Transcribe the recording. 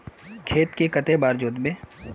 खेत के कते बार जोतबे?